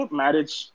marriage